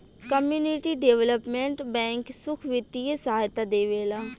community development bank सुख बित्तीय सहायता देवेला